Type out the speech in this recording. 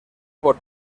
por